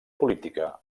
política